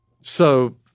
So-